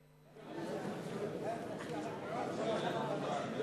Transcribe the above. בממשלה לא